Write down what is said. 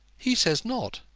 he says not.